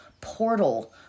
portal